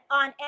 on